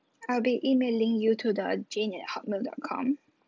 I'll be emailing you to the jane at hotmail dot com